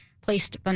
placed